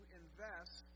invest